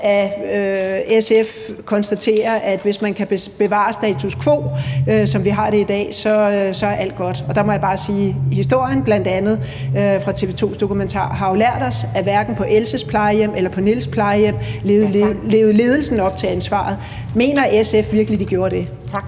SF konstaterer, at hvis man kan bevare status quo, altså sådan som vi har det i dag, så er alt godt. Og der må jeg bare sige, at historien, bl.a. fra TV 2's dokumentar, jo har lært os, at hverken på Elses plejehjem eller på Niels' plejehjem levede ledelsen op til ansvaret. Mener SF virkelig, at de gjorde det? Kl.